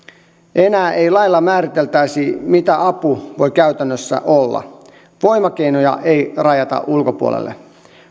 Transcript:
enää ei lailla määriteltäisi mitä apu voi käytännössä olla voimakeinoja ei rajata ulkopuolelle